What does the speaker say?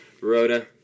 Rhoda